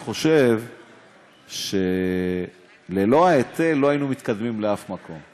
אני חושב שללא ההיטל לא היינו מתקדמים לשום מקום.